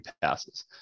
passes